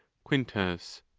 quintus.